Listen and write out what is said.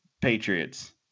Patriots